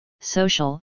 social